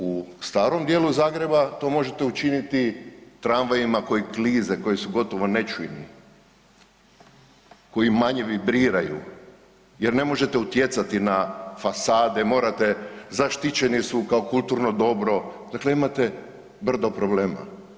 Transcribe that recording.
U starom dijelu Zagreba to možete učiniti tramvajima koji klize koji su gotovo nečujni, koji manje vibriraju jer ne možete utjecati na fasade, morate, zaštićene su kao kulturno dobro, dakle imate brdo problema.